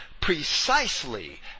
precisely